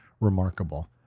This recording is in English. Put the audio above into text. remarkable